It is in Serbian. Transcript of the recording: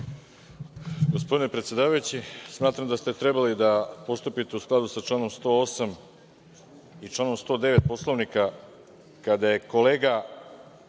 Gospodine predsedavajući, smatram da ste trebali da postupite u skladu sa članom 108. i članom 109. Poslovnika, kada je kolega